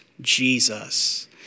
Jesus